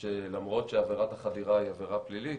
שלמרות שעבירת החדירה היא עבירה פלילית,